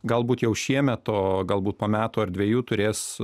galbūt jau šiemet o galbūt po metų ar dvejų turės